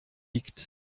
liegt